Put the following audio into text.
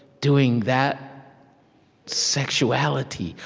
doing that sexuality?